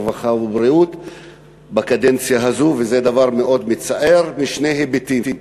הרווחה והבריאות בקדנציה הזאת וזה דבר מאוד מצער משני היבטים.